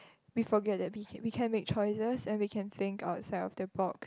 we forget that we can we can make choices and we can think outside of the box